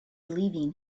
leaving